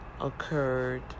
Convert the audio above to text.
occurred